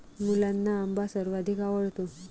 मुलांना आंबा सर्वाधिक आवडतो